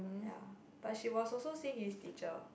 ya but she was also Xin Yi's teacher